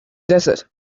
desert